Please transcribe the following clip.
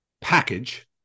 package